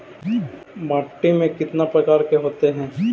माटी में कितना प्रकार के होते हैं?